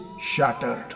shattered